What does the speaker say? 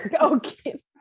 Okay